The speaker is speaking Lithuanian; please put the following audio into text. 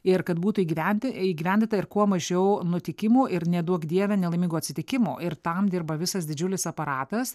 ir kad būtų įgyventi įgyvendinta ir kuo mažiau nutikimų ir neduok dieve nelaimingo atsitikimo ir tam dirba visas didžiulis aparatas